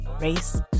race